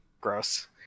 Gross